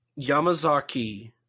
Yamazaki